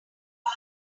got